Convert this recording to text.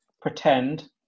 pretend